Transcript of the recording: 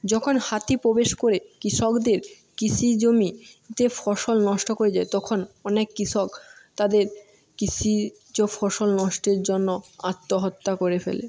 যখন হাতি প্রবেশ করে কৃষকদের কৃষি জমিতে ফসল নষ্ট করে যায় তখন অনেক কৃষক তাদের কৃষিজ ফসল নষ্টের জন্য আত্মহত্যা করে ফেলে